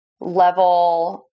level